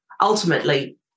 ultimately